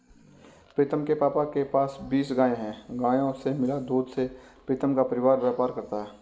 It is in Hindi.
प्रीतम के पापा के पास बीस गाय हैं गायों से मिला दूध से प्रीतम का परिवार व्यापार करता है